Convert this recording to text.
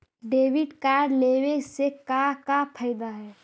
Debit card लेवे से का का फायदा है?